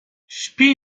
śpi